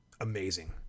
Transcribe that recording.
amazing